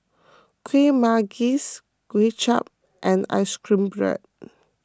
Kueh Manggis Kway Chap and Ice Cream